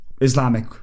Islamic